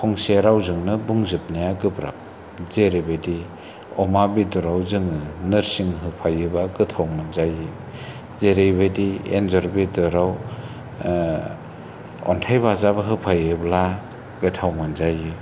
फंसे रावजों बुंजोबनाया गोब्राब जेरैबायदि अमा बेदराव जोङो नोरसिं होफायोबा गोथाव मोनजायो जेरैबायदि एनजर बेदराव अन्थाय बाजाब होफायोब्ला गोथाव मोनजायो